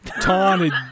Taunted